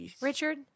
Richard